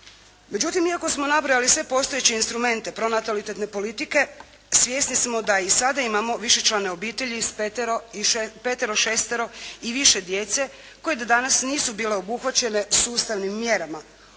Međutim, iako smo nabrojali sve postojeće instrumente pronatalitetne politike svjesni smo da i sada imamo višečlane obitelji s petero, šestero djece koje do danas nisu bile obuhvaćene sustavnim mjerama,